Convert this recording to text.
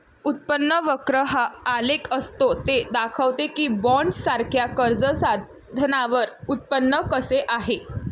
उत्पन्न वक्र हा आलेख असतो ते दाखवते की बॉण्ड्ससारख्या कर्ज साधनांवर उत्पन्न कसे आहे